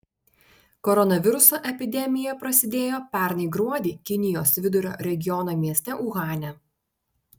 koronaviruso epidemija prasidėjo pernai gruodį kinijos vidurio regiono mieste uhane